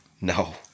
No